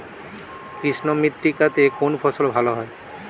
কৃষ্ণ মৃত্তিকা তে কোন ফসল ভালো হয়?